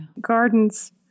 Gardens